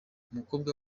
umukobwa